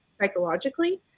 psychologically